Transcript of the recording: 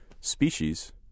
species